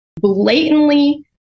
blatantly